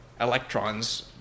electrons